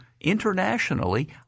internationally